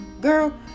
girl